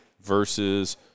versus